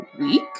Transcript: week